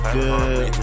good